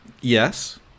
Yes